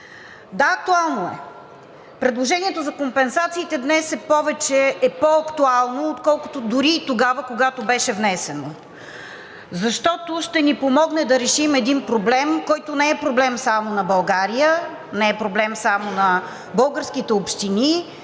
Да, актуално е! Предложението за компенсациите днес е по-актуално, отколкото дори и тогава, когато беше внесено, защото ще ни помогне да решим един проблем, който не е проблем само на България, не е проблем само на българските общини